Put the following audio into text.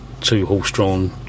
two-horse-drawn